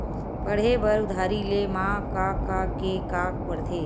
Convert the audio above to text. पढ़े बर उधारी ले मा का का के का पढ़ते?